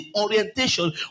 orientation